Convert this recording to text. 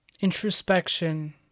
introspection